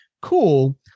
cool